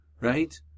right